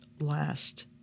last